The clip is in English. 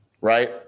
right